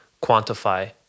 quantify